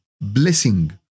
blessing